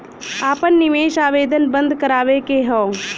आपन निवेश आवेदन बन्द करावे के हौ?